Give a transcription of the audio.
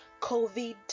covid